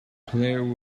player